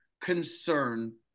concern